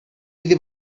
iddi